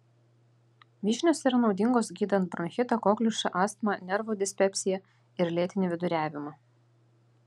vyšnios yra naudingos gydant bronchitą kokliušą astmą nervų dispepsiją ir lėtinį viduriavimą